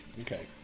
Okay